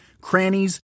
crannies